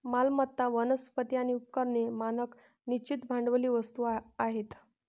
मालमत्ता, वनस्पती आणि उपकरणे मानक निश्चित भांडवली वस्तू आहेत